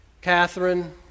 Catherine